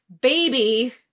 baby